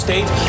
State